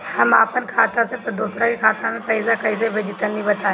हम आपन खाता से दोसरा के खाता मे पईसा कइसे भेजि तनि बताईं?